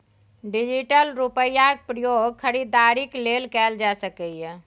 digital रुपैयाक प्रयोग खरीदारीक लेल कएल जा सकैए